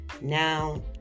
now